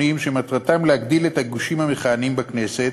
שמטרתם להגדיל את הגושים המכהנים בכנסת,